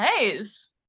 Nice